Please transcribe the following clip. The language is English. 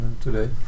today